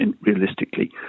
realistically